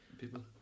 people